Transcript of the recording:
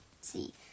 see